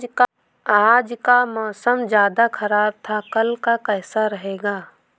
आज का मौसम ज्यादा ख़राब था कल का कैसा रहेगा?